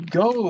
go